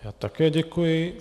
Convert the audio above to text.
Já také děkuji.